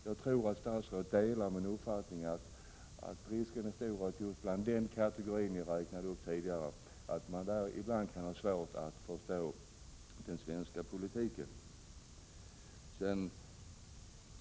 Jag tror att statsrådet delar min uppfattning att risken är stor att man inom den kategori som jag nyss nämnde ibland kan ha svårt att förstå den svenska politiken.